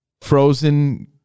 frozen